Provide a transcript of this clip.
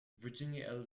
virginia